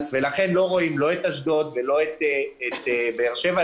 לכן, לא רואים את אשדוד ולא את באר שבע.